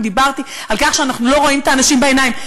דיברתי על כך שאנחנו לא רואים את האנשים בעיניים.